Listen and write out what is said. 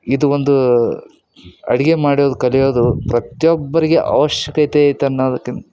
ಇದು ಒಂದು ಅಡುಗೆ ಮಾಡೋದು ಕಲಿಯೋದು ಪ್ರತಿಯೊಬ್ಬರಿಗೆ ಅವಶ್ಯಕ್ತೆ ಐತೆ ಅನ್ನೋದಕ್ಕಿನ್ನ